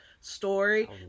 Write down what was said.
story